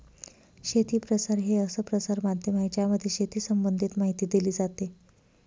शेती प्रसार हे असं प्रसार माध्यम आहे ज्यामध्ये शेती संबंधित माहिती दिली जाते